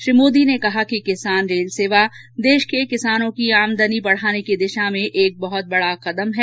श्री मोदी ने कहा कि किसान रेल सेवा देश के किसानों की आमदनी बढाने की दिशा में भी एक बहुत बडा कदम है